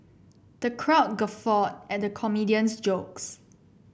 the crowd guffawed at the comedian's jokes